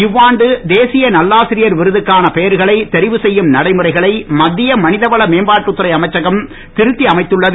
இவ்வாண்டு தேசிய நல்லாசிரியர் விருதுக்கான விருதுகளை பெயர்களை தெரிவு செய்யும் நடைமுறைகளை மத்திய மனிதவள மேம்பாட்டுத்துறை அமைச்சகம் திருத்தி அமைத்துள்ளது